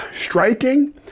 striking